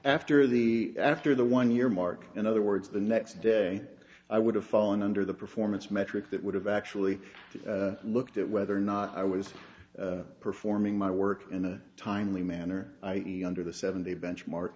after the after the one year mark in other words the next day i would have fallen under the performance metrics that would have actually looked at whether or not i was performing my work in a timely manner i even under the seventy benchmark